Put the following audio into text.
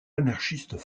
anarchistes